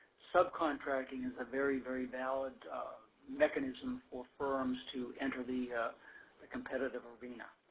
subcontracting is a very, very valid mechanisms for firms to enter the the competitive arena.